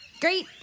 great